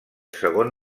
segon